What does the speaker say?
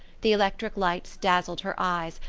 the electric lights dazzled her eyes,